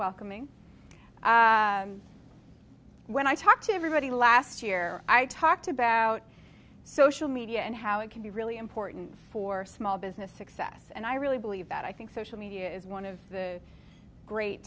welcoming when i talked to everybody last year i talked about social media and how it can be really important for small business success and i really believe that i think social media is one of the great